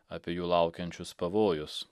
apie jų laukiančius pavojus